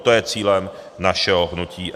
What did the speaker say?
To je cílem našeho hnutí SPD.